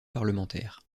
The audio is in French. parlementaire